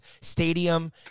stadium